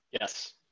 Yes